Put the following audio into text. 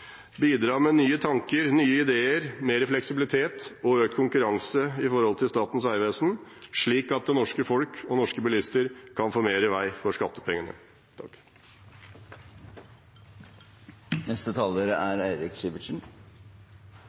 bidra med nye tanker, nye ideer, mer fleksibilitet og økt konkurranse i forhold til Statens vegvesen, slik at det norske folk og norske bilister kan få mer vei for skattepengene.